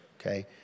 okay